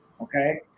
okay